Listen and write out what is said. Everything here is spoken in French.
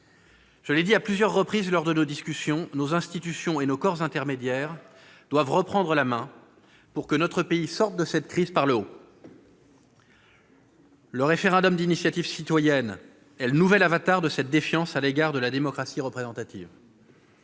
Je l'ai dit à plusieurs reprises lors de nos discussions : nos institutions et nos corps intermédiaires doivent reprendre la main pour que notre pays sorte de cette crise par le haut. Le référendum d'initiative citoyenne est le nouvel avatar de cette défiance à l'égard de la démocratie représentative.